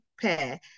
pair